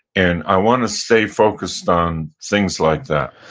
and i want to stay focused on things like that